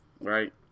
right